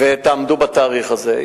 ותעמדו בתאריך הזה.